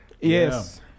Yes